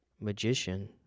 magician